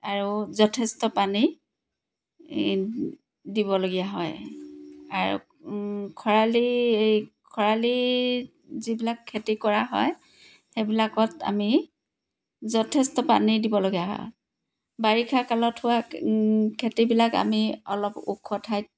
আৰু যথেষ্ট পানী দিব লগীয়া হয় আৰু খৰালিৰ খৰালিৰ যিবিলাক খেতি কৰা হয় সেইবিলাকত আমি যথেষ্ট পানী দিব লগীয়া হয় বাৰিষা কালত হোৱা খেতিবিলাক আমি অলপ ওখ ঠাইত